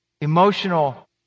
emotional